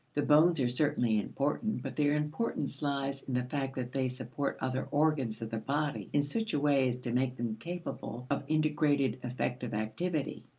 the bones are certainly important, but their importance lies in the fact that they support other organs of the body in such a way as to make them capable of integrated effective activity.